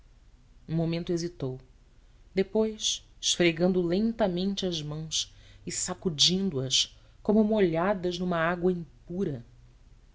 um momento hesitou depois esfregando lentamente as mãos e sacudindo as como molhadas numa água impura